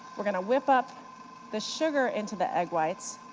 we're going to whip up the sugar into the egg whites,